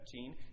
15